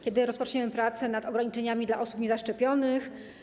Kiedy rozpoczniemy prace nad ograniczeniami dla osób niezaszczepionych?